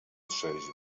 trzeźwy